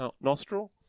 nostril